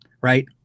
right